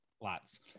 Lots